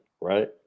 right